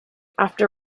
after